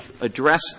address